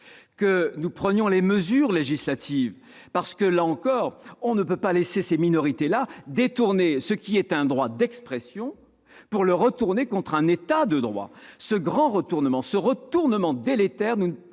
que nous prenions les mesures législatives nécessaires. Encore une fois, on ne peut pas laisser ces minorités détourner ce qui est un droit d'expression pour le retourner contre l'État de droit. Ce grand retournement, ce retournement délétère,